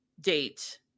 date